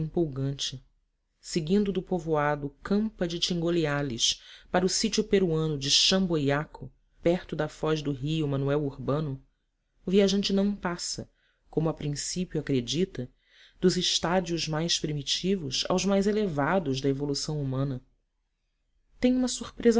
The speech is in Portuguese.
empolgante seguindo do povoado campa de tingoleales para o sítio peruano de shamboyaco perto da foz do rio manuel urbano o viajante não passa como a princípio acredita dos estádios mais primitivos aos mais elevados da evolução humana tem uma surpresa